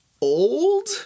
old